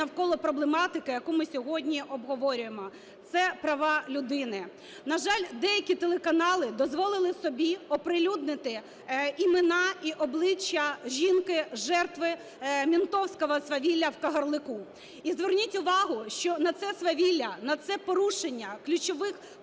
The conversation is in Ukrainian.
навколо проблематики, яку ми сьогодні обговорюємо, – це права людини. На жаль, деякі телеканали дозволили собі оприлюднити імена і обличчя жінки - жертви "мєнтовського" свавілля в Кагарлику. І зверніть увагу, що на це свавілля, на це порушення ключових